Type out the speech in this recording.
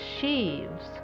sheaves